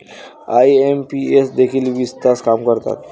IMPS देखील वीस तास काम करतात?